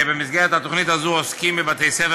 ובמסגרת התוכנית הזו עוסקים בבתי-הספר